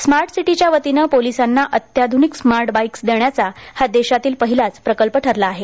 smart सिटीच्या वतीने पोलिसांना अत्याधुनिक स्मार्ट बाईक्स देण्याचा हा देशातील पहिलाच प्रकल्प ठरला आहे